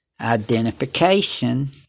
Identification